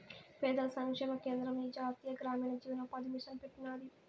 పేదల సంక్షేమ కేంద్రం ఈ జాతీయ గ్రామీణ జీవనోపాది మిసన్ పెట్టినాది